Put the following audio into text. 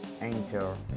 Enter